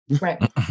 Right